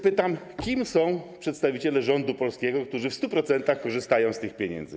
Pytam zatem: Kim są przedstawiciele rządu polskiego, którzy w 100% korzystają z tych pieniędzy?